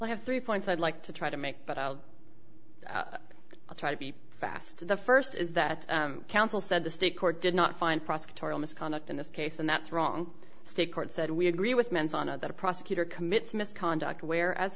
i have three points i'd like to try to make but i'll try to be fast the first is that counsel said the state court did not find prosecutorial misconduct in this case and that's wrong state court said we agree with mens on it that a prosecutor commits misconduct whereas